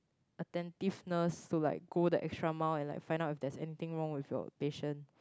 attentiveness to like go the extra mile and like find out if there is anything wrong with your patient